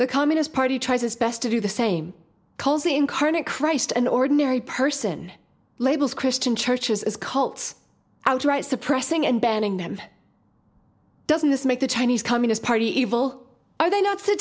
the communist party tries his best to do the same cause the incarnate christ an ordinary person labels christian churches as cults outright suppressing and banning them doesn't this make the chinese communist party evil are they not sa